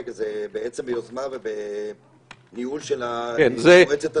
זה בעצם ביוזמה ובניהול של מועצת התכנון העליונה,